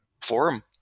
forum